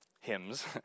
hymns